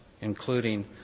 including